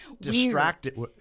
distracted